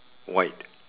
white